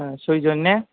सइजन ने